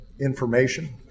information